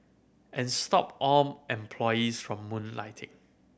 and stop all employees from moonlighting